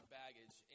baggage